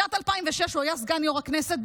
משנת 2006 הוא היה סגן יו"ר הכנסת,